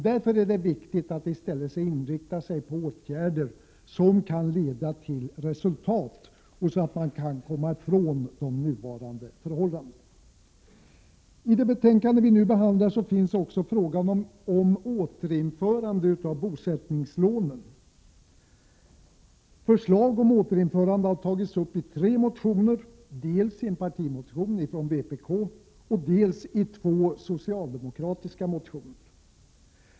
Därför är det viktigt att åtgärderna i stället inriktas på att vi skall komma ifrån nuvarande förhållanden. I det betänkande vi nu diskuterar behandlas också frågan om återinförande av bosättningslånen. Förslag om återinförande har tagits upp i tre motioner, dels i en partimotion från vpk, dels i två socialdemokratiska motioner.